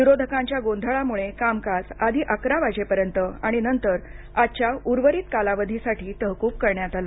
विरोधकांच्या गोंधळामुळे कामकाज आधी अकरा वाजेपर्यन्त आणि नंतर आजच्या उर्वरित कालावधीसाठी तहकूब करण्यात आलं